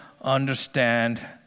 understand